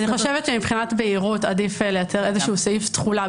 אני חושבת שמבחינת בהירות עדיף לייצר איזשהו סעיף תחולה.